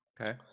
Okay